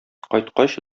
кайткач